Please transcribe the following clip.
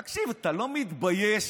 תקשיב, אתה לא מתבייש?